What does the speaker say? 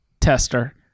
tester